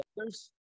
others